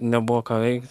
rakinti nebuvo ką veikti